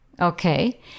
Okay